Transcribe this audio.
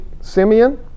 Simeon